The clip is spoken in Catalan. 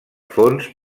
fons